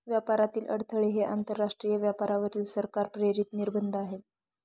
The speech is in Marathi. व्यापारातील अडथळे हे आंतरराष्ट्रीय व्यापारावरील सरकार प्रेरित निर्बंध आहेत